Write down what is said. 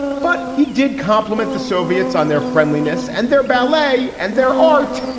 but he did compliment the soviets on their friendliness and their ballet and their art.